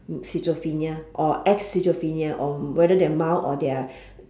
schizophrenia or ex-schizophrenia or whether they are mild or they are